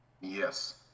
Yes